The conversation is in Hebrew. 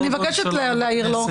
אני מבקשת להעיר לו,